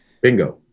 Bingo